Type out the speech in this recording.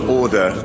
order